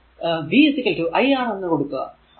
അതിൽ v i R എന്ന് കൊടുക്കുക